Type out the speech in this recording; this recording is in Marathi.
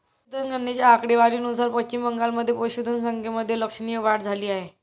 पशुधन गणनेच्या आकडेवारीनुसार पश्चिम बंगालमध्ये पशुधन संख्येमध्ये लक्षणीय वाढ झाली आहे